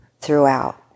throughout